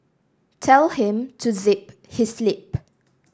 tell him to zip his lip